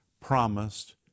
promised